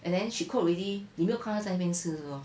and then she cook already 你没有看她在那边吃 lor